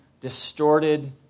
distorted